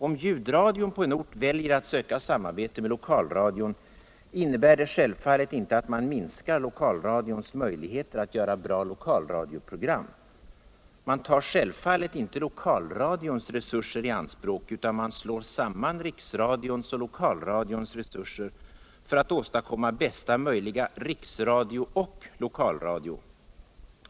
Om ljudradion på en ort väljer att söka samarbete med lokalradion innebär det självfallet inte au man minskar lokalradions möjligheter att göra bra lokalradioprogram. Man tar naturligtvis inte lokalradions resurser i anspråk. utan man slår samman riksradions och lokalradions resurser för att åstadkomma bästa möjliga riksradio och lokalradio.